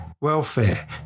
welfare